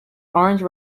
orange